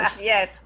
Yes